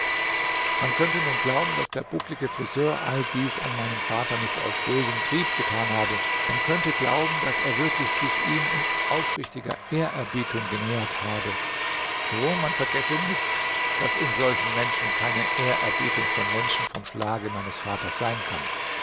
man könnte nun glauben daß der bucklige friseur all dies an meinem vater nicht aus bösem trieb getan habe man könnte glauben daß er wirklich sich ihm in aufrichtiger ehrerbietung genähert habe oh man vergesse nicht daß in solchen menschen keine ehrerbietung für menschen vom schlage meines vaters sein kann